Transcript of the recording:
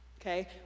okay